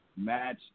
Match